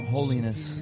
holiness